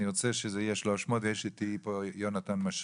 אני ארצה שזה יהיה 300. יש איתי פה את יונתן משריקי,